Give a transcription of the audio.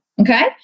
Okay